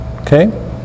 okay